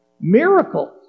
miracles